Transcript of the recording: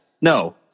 no